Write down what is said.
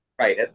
Right